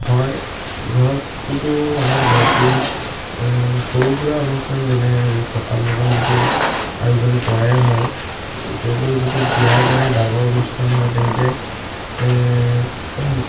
হয় ঘৰতটোতো আমাৰ ঘৰটো সৰু সুৰা অনুষ্ঠান যেনে এইবোৰ সকাম নিকামটোতো আয়োজন কৰাই হয় তদুপৰি যদি বিয়াৰ দৰে ডাঙৰ অনুষ্ঠান হয় তেন্তে